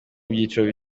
byiciro